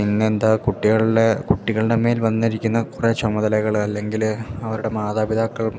പിന്നെന്താ കുട്ടികളുടെ കുട്ടികളുടെ മേൽ വന്നിരിക്കുന്ന കുറേ ചുമതലകൾ അല്ലെങ്കിൽ അവരുടെ മാതാപിതാക്കൾ